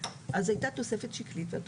אז הייתה תוספת שקלית,